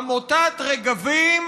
עמותת רגבים